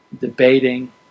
debating